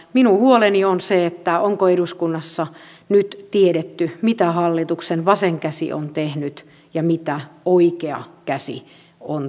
minun huoleni on se onko eduskunnassa nyt tiedetty mitä hallituksen vasen käsi on tehnyt ja mitä oikea käsi on tehnyt